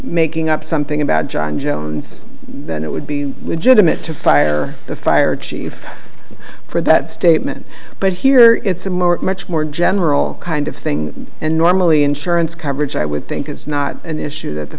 making up something about john jones then it would be legitimate to fire the fire chief for that statement but here it's a much more general kind of thing and normally insurance coverage i would think it's not an issue that the